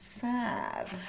sad